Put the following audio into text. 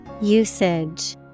Usage